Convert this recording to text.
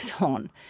on